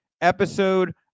episode